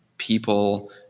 people